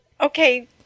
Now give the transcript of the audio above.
Okay